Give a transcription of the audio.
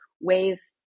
ways